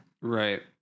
right